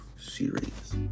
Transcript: series